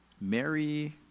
Mary